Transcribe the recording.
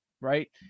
right